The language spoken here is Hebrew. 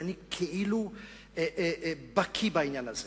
ואני כאילו בקי בעניין הזה.